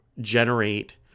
generate